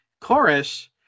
chorus